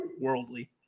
worldly